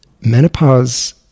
menopause